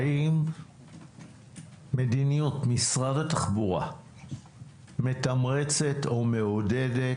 האם מדיניות משרד התחבורה מתמרצת או מעודדת